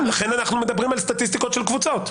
לכן אנחנו מדברים על סטטיסטיקות של קבוצות.